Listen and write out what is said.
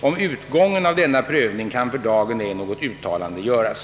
Om utgången av denna prövning kan för dagen ej något uttalande göras.